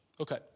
Okay